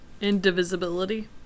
Indivisibility